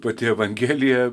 pati evangelija